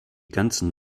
ganzen